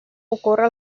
ocórrer